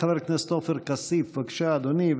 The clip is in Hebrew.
חבר הכנסת עופר כסיף, בבקשה, אדוני.